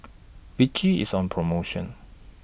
Vichy IS on promotion